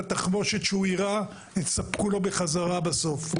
התחמושת שהוא יירה יספקו לו חזרה בסוף.